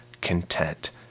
content